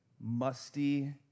musty